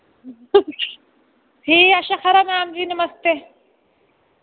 ठीक ऐ अच्छा खरा मैम जी नमस्ते